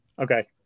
Okay